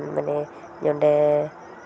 ᱢᱟᱱᱮ ᱱᱚᱸᱰᱮ